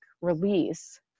release